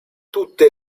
tutte